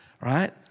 right